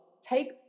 take